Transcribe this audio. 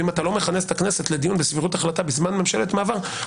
ואם אתה לא מכנס את הכנסת לדיון בסבירות החלטה בזמן ממשלת מעבר,